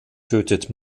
tötet